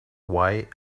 why